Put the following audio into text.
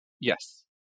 Yes